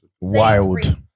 wild